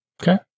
Okay